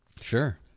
Sure